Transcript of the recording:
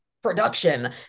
production